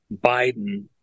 biden